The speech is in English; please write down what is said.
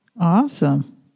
Awesome